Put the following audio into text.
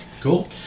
cool